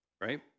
right